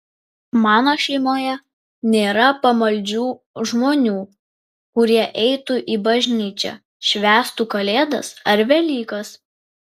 mano šeimoje nėra pamaldžių žmonių kurie eitų į bažnyčią švęstų kalėdas ar velykas